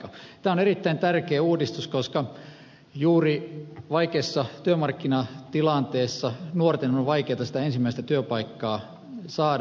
tämä on erittäin tärkeä uudistus koska juuri vaikeassa työmarkkinatilanteessa nuorten on vaikeata sitä ensimmäistä työpaikkaa saada